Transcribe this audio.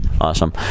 Awesome